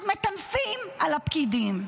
אז מטנפים על הפקידים.